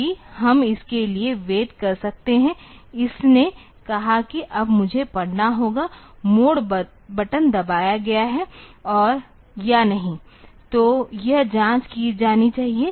तो यह है कि हम इसके लिए वेट कर सकते हैं इसने कहा कि अब मुझे पढ़ना होगा मोड बटन दबाया गया है या नहीं तो यह जाँच की जानी चाहिए